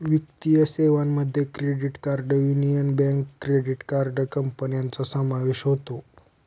वित्तीय सेवांमध्ये credit card Union Bank credit card कंपन्यांचा समावेश होतो